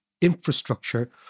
infrastructure